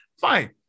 Fine